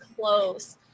close